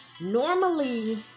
Normally